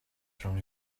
thrown